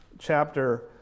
Chapter